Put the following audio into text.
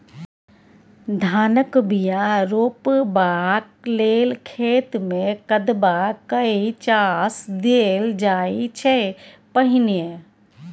धानक बीया रोपबाक लेल खेत मे कदबा कए चास देल जाइ छै पहिने